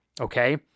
okay